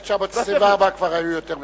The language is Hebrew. ב-1924 כבר היו יותר מ-100,000.